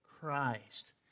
Christ